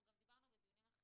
אנחנו גם דיברנו בדיונים אחרים,